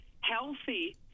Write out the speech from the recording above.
healthy